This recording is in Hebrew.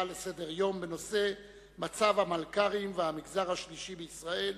לסדר-היום בנושא מצב המלכ"רים והמגזר השלישי בישראל,